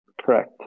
Correct